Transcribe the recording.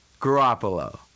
Garoppolo